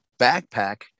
backpack